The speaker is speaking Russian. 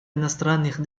иностранных